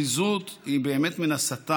הפזיזות היא באמת מן השטן.